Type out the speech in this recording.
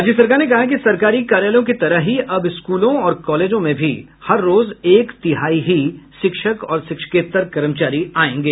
राज्य सरकार ने कहा है कि सरकारी कार्यालयों की तरह ही अब स्कूलों और कॉलेजों में भी हर रोज एक तिहाई ही शिक्षक और शिक्षकेतर कर्मचारी आयेंगे